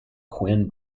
quinn